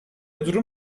durum